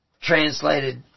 translated